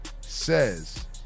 says